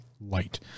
light